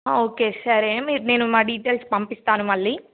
okay సరే మీరు నేను మా డీటెయిల్స్ పంపిస్తాను మళ్ళీ